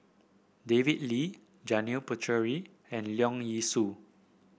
David Lee Janil Puthucheary and Leong Yee Soo